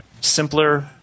Simpler